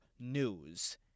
news